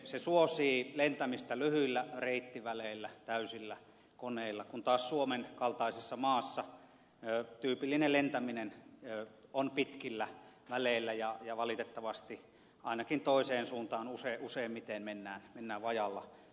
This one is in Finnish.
se suosii lentämistä lyhyillä reittiväleillä täysillä koneilla kun taas suomen kaltaisessa maassa tyypillinen lentäminen on pitkillä väleillä ja valitettavasti ainakin toiseen suuntaan useimmiten mennään vajaalla kuormalla